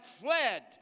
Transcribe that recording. fled